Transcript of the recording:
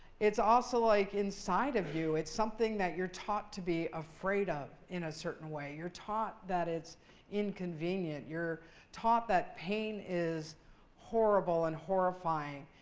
it's also like inside of you. it's something that you're taught to be afraid of in a certain way. you're taught that it's inconvenient. you're taught that pain is horrible and horrifying.